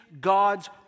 God's